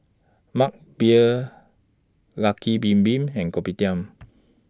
Mug Beer Lucky Bin Bin and Kopitiam